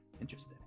interested